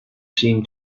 seem